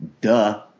duh